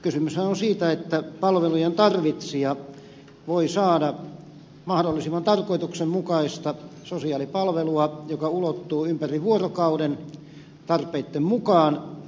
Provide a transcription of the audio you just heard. kysymyshän on siitä että palvelujen tarvitsija voi saada mahdollisimman tarkoituksenmukaista sosiaalipalvelua joka ulottuu ympäri vuorokauden tarpeitten mukaan